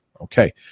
Okay